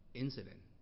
incident